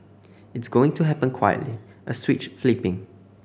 it's going to happen quietly a switch flipping